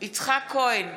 יצחק כהן,